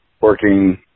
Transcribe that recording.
working